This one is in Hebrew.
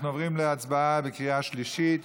אנחנו עוברים להצבעה בקריאה שלישית.